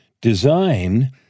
design